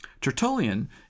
Tertullian